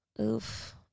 Oof